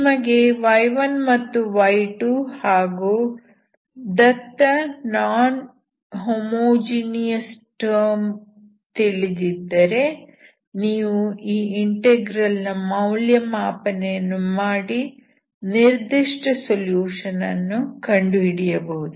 ನಿಮಗೆ y1 ಮತ್ತು y2 ಹಾಗೂ ದತ್ತ ನಾನ್ ಹೋಮೋಜಿನಿಯಸ್ ಟರ್ಮ್ ತಿಳಿದಿದ್ದರೆ ನೀವು ಈ ಇಂಟೆಗ್ರಲ್ ನ ಮೌಲ್ಯಮಾಪನೆಯನ್ನು ಮಾಡಿ ನಿರ್ದಿಷ್ಟ ಸೊಲ್ಯೂಷನ್ ಅನ್ನು ಕಂಡುಹಿಡಿಯಬಹುದು